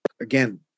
again